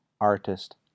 artist